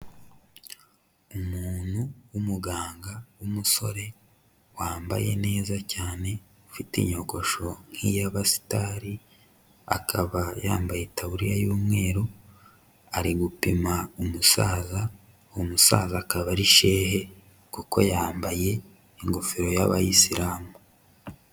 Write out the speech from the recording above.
Umuntu w'umuganga w'umusore wambaye neza cyane, ufite inyogosho nk'iy'abasitari, akaba yambaye itaburiya y'umweru, ari gupima umusaza, uwo musaza akaba ari shehe kuko yambaye ingofero y'Abayisilamu.